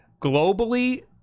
globally